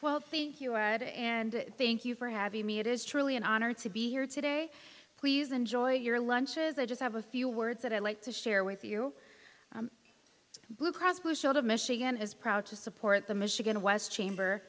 wealthy and thank you for having me it is truly an honor to be here today please enjoy your lunches i just have a few words that i'd like to share with you blue cross blue shield of michigan is proud to support the michigan west chamber